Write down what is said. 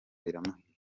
biramuhira